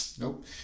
Nope